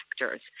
factors